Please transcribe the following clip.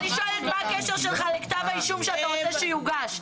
אני שואלת מה הקשר שלך לכתב האישום שאתה רוצה שיוגש.